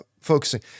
focusing